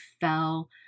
fell